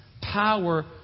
Power